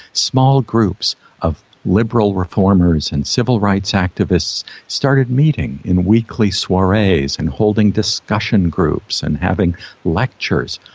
small groups of liberal reformers and civil rights activists started meeting in weekly soirees and holding discussion groups and having lectures.